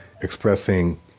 expressing